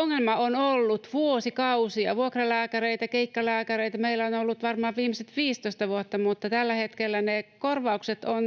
ongelma on ollut vuosikausia. Vuokralääkäreitä, keikkalääkäreitä meillä on ollut varmaan viimeiset 15 vuotta, mutta tällä hetkellä ne korvaukset ovat